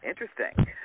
Interesting